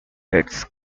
its